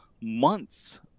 months